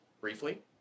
briefly